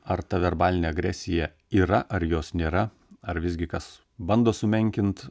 ar ta verbalinė agresija yra ar jos nėra ar visgi kas bando sumenkint